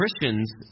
Christians